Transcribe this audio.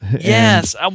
Yes